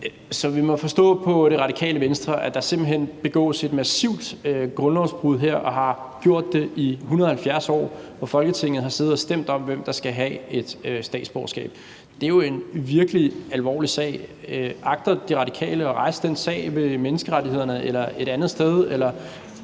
Så vi må forstå på Radikale Venstre, at der simpelt hen begås et massivt grundlovsbrud her og har gjort det i 170 år, hvor Folketinget har siddet og stemt om, hvem der skal have et statsborgerskab. Det er jo en virkelig alvorlig sag. Agter De Radikale at rejse den sag ved Menneskerettighedsdomstolen eller et andet sted